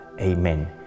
Amen